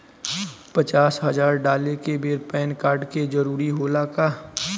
पचास हजार डाले के बेर पैन कार्ड के जरूरत होला का?